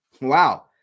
Wow